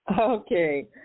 Okay